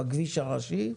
בכביש הראשי.